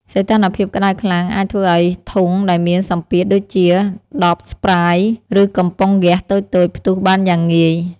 សីតុណ្ហភាពក្តៅខ្លាំងអាចធ្វើឱ្យធុងដែលមានសម្ពាធដូចជាដបស្ព្រៃយ៍ ឬកំប៉ុងហ្គាសតូចៗផ្ទុះបានយ៉ាងងាយ។